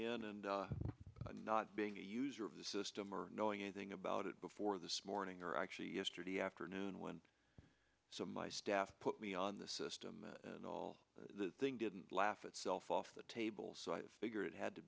and not being a user of the system or knowing anything about it before this morning or actually yesterday afternoon when so my staff put me on the system and all the thing didn't laugh itself off the table so i figured it had to